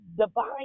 divine